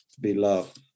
beloved